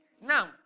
Now